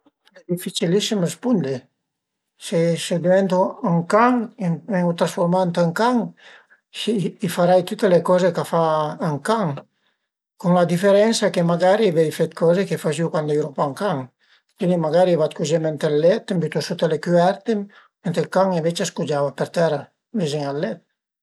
Al e dificilissim rispundi, se diventu ün can, se ven-u trasfurmà ënt ün can i farei tüte le coze ch'a fa ün can cun la diferensa che magari vöi fe d'coze che fazìu cuand a i eru pa ün can, cuindi magari vadu cugeme ënt ël let, m' bütu suta le cüverte, mentre ël can ënvece a s'cugiava për tera vizin al let